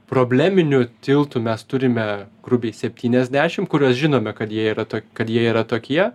probleminių tiltų mes turime grubiai septyniasdešim kuriuos žinome kad jie yra tok kad jie yra tokie